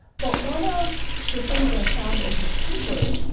but one of the things that i found in his papers,